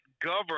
govern